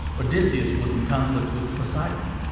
odysseus was in conflict with poseidon.